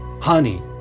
Honey